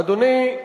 אדוני,